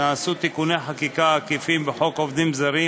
נעשו תיקוני חקיקה עקיפים בחוק עובדים זרים,